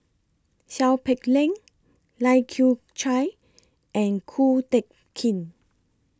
Seow Peck Leng Lai Kew Chai and Ko Teck Kin